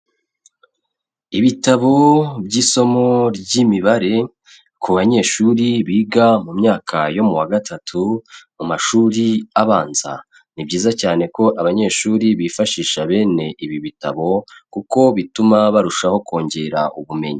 Ibitabo by'isomo ry'imibare ku banyeshuri biga mu myaka yo mu wa gatatu mu mashuri abanza, ni byiza cyane ko abanyeshuri bifashisha bene ibi bitabo, kuko bituma barushaho kongera ubumenyi.